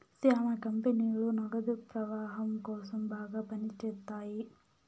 శ్యానా కంపెనీలు నగదు ప్రవాహం కోసం బాగా పని చేత్తాయి